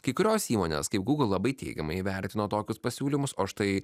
kai kurios įmonės kaip google labai teigiamai įvertino tokius pasiūlymus o štai